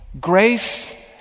grace